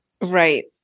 Right